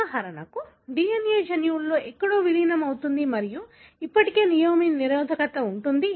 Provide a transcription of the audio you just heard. ఉదాహరణకు DNA జన్యువులో ఎక్కడో విలీనం అవుతుంది మరియు ఇప్పటికీ నియోమైసిన్ నిరోధకత ఉంటుంది